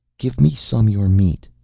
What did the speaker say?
give me some your meat?